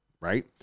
right